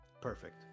perfect